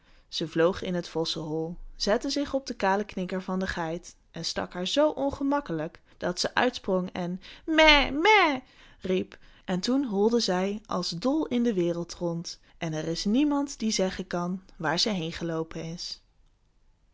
ze vloog in het vossenhol zette zich op den kalen knikker van de geit en stak haar zoo ongemakkelijk dat ze opsprong en mè mè riep en toen holde zij als dol in de wereld rond en er is niemand die zeggen kan waar ze heêngeloopen is